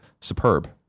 Superb